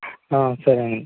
సరేండి